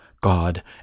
god